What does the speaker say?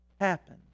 happen